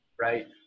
right